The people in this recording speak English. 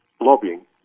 lobbying